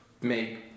make